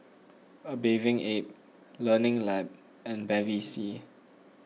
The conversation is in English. A Bathing Ape Learning Lab and Bevy C